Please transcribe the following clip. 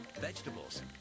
vegetables